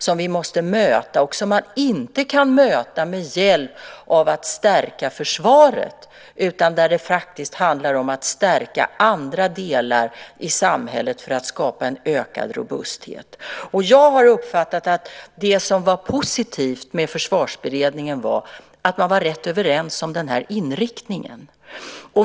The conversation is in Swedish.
Det måste mötas, och det kan inte mötas med hjälp av att stärka försvaret utan där handlar det faktiskt om att stärka andra delar i samhället för att skapa en ökad robusthet. Jag har uppfattat att det som var positivt med Försvarsberedningen var att man var rätt överens om inriktningen.